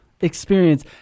experience